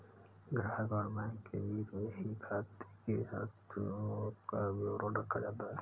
ग्राहक और बैंक के बीच में ही खाते की जांचों का विवरण रखा जाता है